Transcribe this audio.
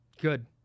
Good